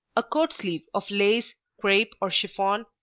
a coat-sleeve of lace, crepe, or chiffon,